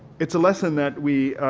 it's a lesson that we